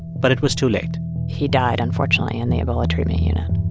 but it was too late he died, unfortunately, in the ebola treatment unit